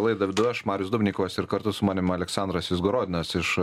laidą vedu aš marius dubnikovas ir kartu su manim aleksandras izgorodinas iš